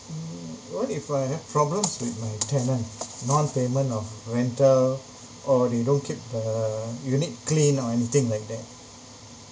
mm what if I have problems with my tenant non payment of rental or they don't keep the unit clean or anything like that